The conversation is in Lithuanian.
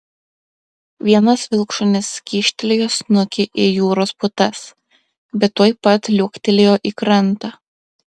vienas vilkšunis kyštelėjo snukį į jūros putas bet tuoj pat liuoktelėjo į krantą